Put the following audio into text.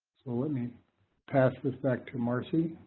so let me pass this back to marci.